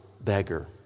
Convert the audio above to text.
beggar